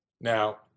Now